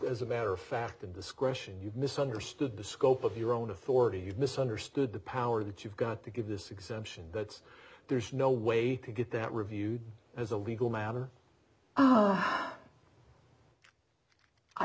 as a matter of fact in discretion you misunderstood the scope of your own authority you've misunderstood the power that you've got to give this exemption that's there's no way to get that review as a legal matter